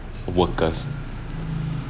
workers